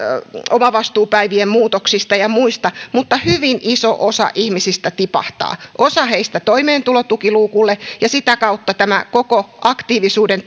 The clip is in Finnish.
omavastuupäivien muutoksista ja muista mutta hyvin iso osa ihmisistä tipahtaa osa heistä toimeentulotukiluukulle ja sitä kautta koko tämä aktiivisuuden